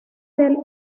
del